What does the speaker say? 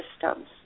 systems